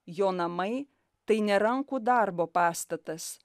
jo namai tai ne rankų darbo pastatas